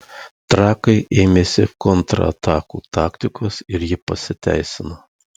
trakai ėmėsi kontratakų taktikos ir ji pasiteisino